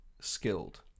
skilled